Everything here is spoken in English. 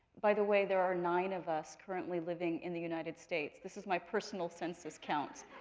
by the way, there are nine of us currently living in the united states. this is my personal census count.